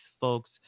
folks